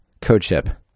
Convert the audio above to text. Codeship